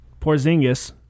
Porzingis